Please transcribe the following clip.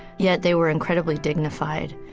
yet, they were incredibly dignified,